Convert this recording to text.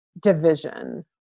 division